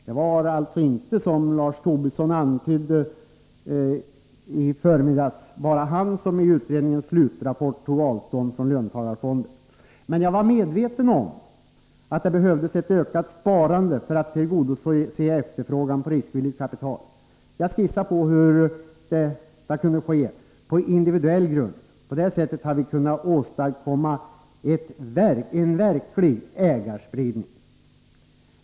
Det var alltså inte, som Lars Tobisson antydde i förmiddags, bara han som i utredningens slutrapport tog avstånd från löntagarfonder. Men jag var medveten om att det behövdes ett ökat sparande för att tillgodose efterfrågan på riskvilligt kapital. Jag skissade på hur detta kunde ske på individuell grund — på det sättet hade vi kunnat åstadkomma en verklig ägandespridning.